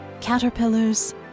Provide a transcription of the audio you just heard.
Caterpillars